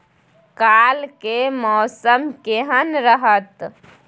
काल के मौसम केहन रहत?